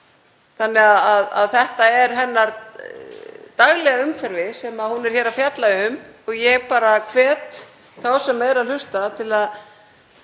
þannig að þetta er hennar daglega umhverfi sem hún er hér að fjalla um. Ég hvet þá sem eru að hlusta til að